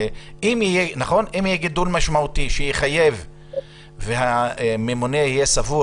שאם יהיה גידול משמעותי שיחייב והממונה יהיה סבור